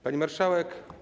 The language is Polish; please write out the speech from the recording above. Pani Marszałek!